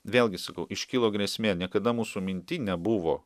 vėlgi sakau iškilo grėsmė niekada mūsų minty nebuvo